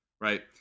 right